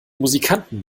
musikanten